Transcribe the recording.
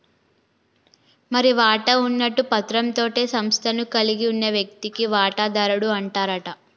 మరి వాటా ఉన్నట్టు పత్రం తోటే సంస్థను కలిగి ఉన్న వ్యక్తిని వాటాదారుడు అంటారట